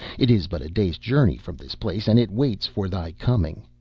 it is but a day's journey from this place, and it waits for thy coming.